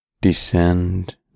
descend